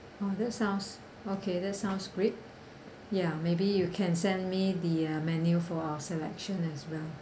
oh that sounds okay that sounds great ya maybe you can send me the uh menu for our selection as well